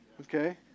Okay